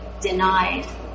denied